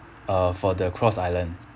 uh for the cross island